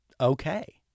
okay